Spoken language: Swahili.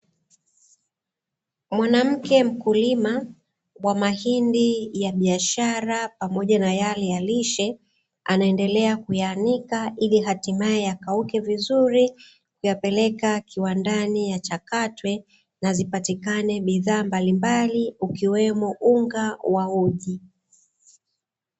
Mwanamke mkulima wa mahindi ya biashara pamoja na yale ya lishe, anaendelea kuyaanika ili hatimaye yakauke vizuri kuyapeleka kiwandani yachakatwe, na zipatikane bidhaa mbalimbali ukiwemo unga wa uji.